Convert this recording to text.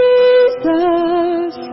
Jesus